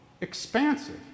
expansive